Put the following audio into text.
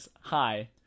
Hi